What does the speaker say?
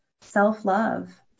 self-love